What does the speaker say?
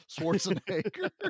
Schwarzenegger